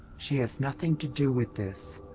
she has nothing to do with this.